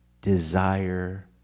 desire